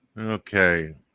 Okay